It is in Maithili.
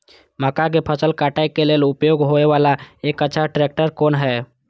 मक्का के फसल काटय के लिए उपयोग होय वाला एक अच्छा ट्रैक्टर कोन हय?